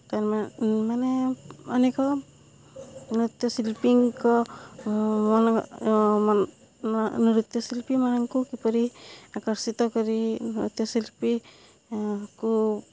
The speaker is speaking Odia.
ତା' ମାନେ ଅନେକ ନୃତ୍ୟଶିଳ୍ପୀଙ୍କ ମନ ନୃତ୍ୟଶିଳ୍ପୀମାନଙ୍କୁ କିପରି ଆକର୍ଷିତ କରି ନୃତ୍ୟଶିଳ୍ପୀକୁ